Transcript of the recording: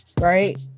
right